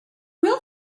will